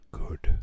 good